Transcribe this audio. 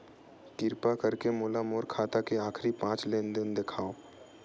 किरपा करके मोला मोर खाता के आखिरी पांच लेन देन देखाव